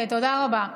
תודה רבה.